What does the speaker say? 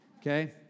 okay